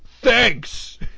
Thanks